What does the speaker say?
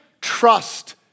trust